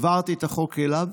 העברתי את החוק אליו.